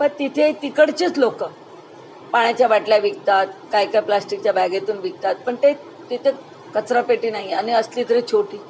प तिथे तिकडचेच लोक पाण्याच्या बाटल्या विकतात काय काय प्लॅस्टिकच्या बॅगेतून विकतात पण ते तिथे कचरापेटी नाही आणि असली तरी छोटी